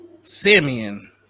Simeon